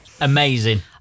Amazing